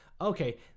okay